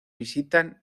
visitan